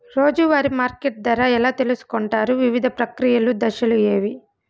రోజూ వారి మార్కెట్ ధర ఎలా తెలుసుకొంటారు వివిధ ప్రక్రియలు దశలు ఏవి?